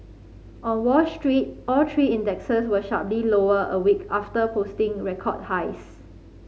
on Wall Street all three indexes were sharply lower a week after posting record highs